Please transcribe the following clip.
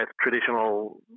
traditional